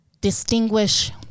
distinguish